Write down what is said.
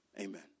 Amen